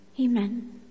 Amen